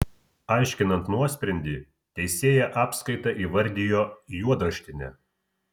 aiškinant nuosprendį teisėja apskaitą įvardijo juodraštine